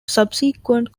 subsequent